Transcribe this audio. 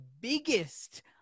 biggest